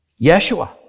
Yeshua